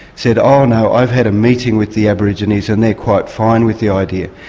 said, oh no, i've had a meeting with the aborigines and they're quite fine with the idea.